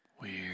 Weird